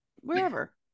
wherever